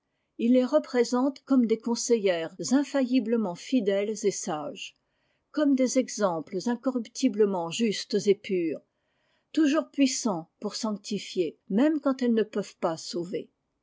illes représente comme des conseillères infailliblement fidèles et sages comme des exemples incorruptiblement justes et purs toujours puissants pour sanctifier même quand elles ne peuvent pas sauver